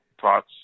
thoughts